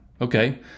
okay